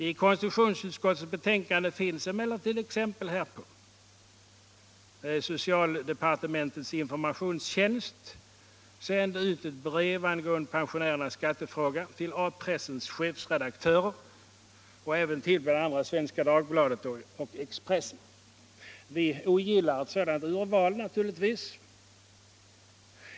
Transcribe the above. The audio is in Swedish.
I konstitutionsutskottets betänkande finns dock exempel härpå. Socialdepartementets informationstjänst sände sålunda ut ett brev angående pensionärernas skattefråga till A-pressens chefredaktörer och även till bl.a. Svenska Dagbladet och Expressen. Vi ogillar naturligtvis ett sådant urval.